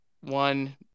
one